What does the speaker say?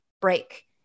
break